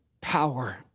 power